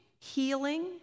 healing